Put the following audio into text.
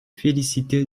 félicité